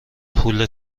پول